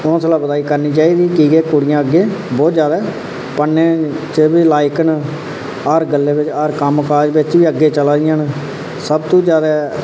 हौसला अफजाई करना चाहिदी की कुड़ियां अग्गै पढ़ने च बी लायक न हर गल्लै बिच हर कम्म बिच बी अग्गै चला दियां न सब तूं जादै